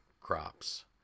crops